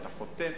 אתה חותם,